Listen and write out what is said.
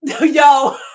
Yo